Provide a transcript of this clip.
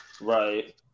right